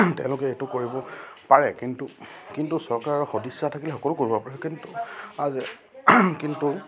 তেওঁলোকে এইটো কৰিব পাৰে কিন্তু কিন্তু চৰকাৰৰ সদিচ্ছা থাকিলে সকলো কৰিব পাৰে কিন্তু কিন্তু